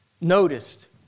noticed